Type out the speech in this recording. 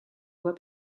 voix